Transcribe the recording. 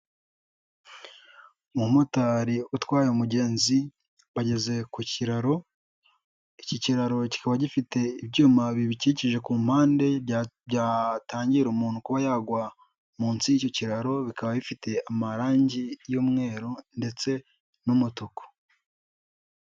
Umumotari utwaye umugenzi, bageze ku kiraro, iki kiraro kikaba gifite ibyuma bibikikije ku mpande byatangira umuntu kuba yagwa munsi y'icyo kiraro, bikaba bifite amarangi y'umweru ndetse n'umutuku.